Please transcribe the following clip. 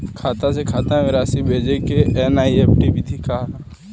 खाता से खाता में राशि भेजे के एन.ई.एफ.टी विधि का ह?